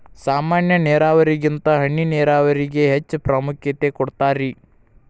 ಸಾಮಾನ್ಯ ನೇರಾವರಿಗಿಂತ ಹನಿ ನೇರಾವರಿಗೆ ಹೆಚ್ಚ ಪ್ರಾಮುಖ್ಯತೆ ಕೊಡ್ತಾರಿ